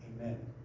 amen